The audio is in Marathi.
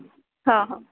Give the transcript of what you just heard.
हां हां